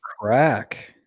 crack